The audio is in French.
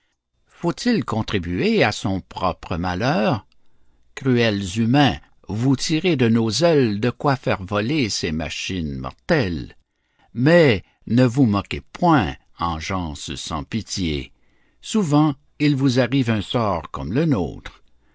faut-il contribuer à son propre malheur cruels humains vous tirez de nos ailes de quoi faire voler ces machines mortelles mais ne vous moquez point engeance sans pitié souvent il vous arrive un sort comme le nôtre